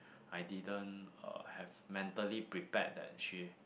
I didn't uh have mentally prepared that she